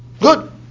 good